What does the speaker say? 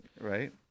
Right